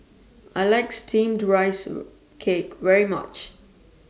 I like Steamed Rice Cake very much